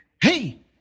Hey